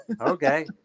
Okay